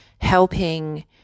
helping